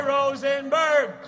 Rosenberg